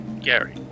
Gary